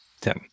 Ten